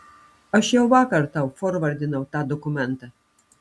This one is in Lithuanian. aš jau vakar tau forvardinau tą dokumentą